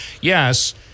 Yes